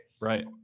Right